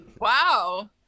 Wow